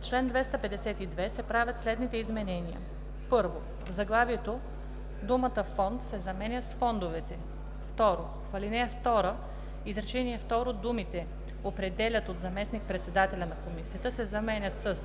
чл. 252 се правят следните изменения: 1. В заглавието думата „фонд“ се заменя с „фондовете“. 2. В ал. 2, изречение второ думите „определят от заместник-председателя на комисията“ се заменят с